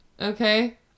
Okay